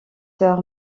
sœur